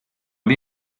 the